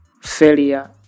failure